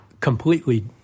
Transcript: completely